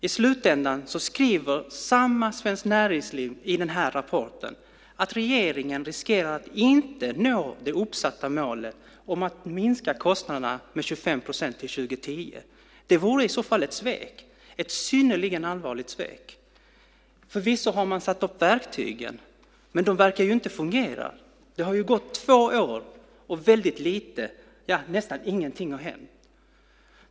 I slutändan skriver samma Svenskt Näringsliv i den rapporten att regeringen riskerar att inte nå det uppsatta målet om att minska kostnaderna med 25 procent till 2010. Det vore i så fall ett svek, ett synnerligen allvarligt svek. Förvisso har man satt upp verktygen, men de verkar inte fungera. Det har gått två år, och väldigt lite, nästan inget, har hänt.